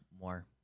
more